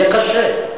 היה קשה.